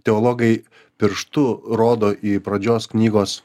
teologai pirštu rodo į pradžios knygos